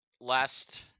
last